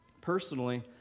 Personally